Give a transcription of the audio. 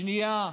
השנייה,